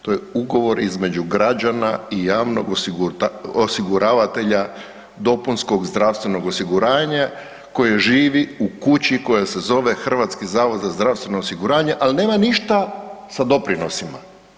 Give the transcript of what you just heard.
To je ugovor između građana i javnog osiguravatelja dopunskog zdravstvenog osiguranja koje živi u kući koja se zove Hrvatski zavod za zdravstveno osiguranje, ali nema ništa sa doprinosima.